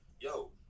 yo